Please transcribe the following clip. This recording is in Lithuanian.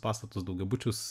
pastatus daugiabučius